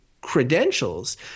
credentials